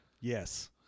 Yes